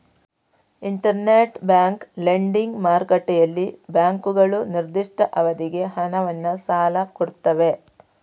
inter bank lending ಮಾರುಕಟ್ಟೆಯಲ್ಲಿ ಬ್ಯಾಂಕುಗಳು ನಿರ್ದಿಷ್ಟ ಅವಧಿಗೆ ಹಣವನ್ನ ಸಾಲ ಕೊಡ್ತವೆ